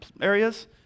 areas